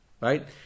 right